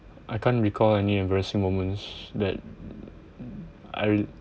I can't recall any embarrassing moments that I